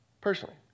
personally